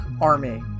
Army